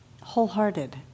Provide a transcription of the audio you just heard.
wholehearted